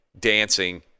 dancing